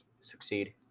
succeed